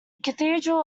cathedral